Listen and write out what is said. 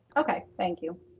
okay, thank you.